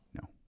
No